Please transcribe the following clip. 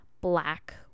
black